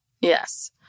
Yes